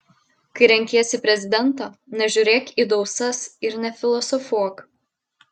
kai renkiesi prezidentą nežiūrėk į dausas ir nefilosofuok